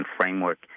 framework